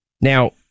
now